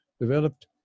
developed